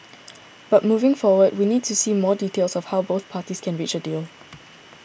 but moving forward we need to see more details of how both parties can reach a deal